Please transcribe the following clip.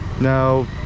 Now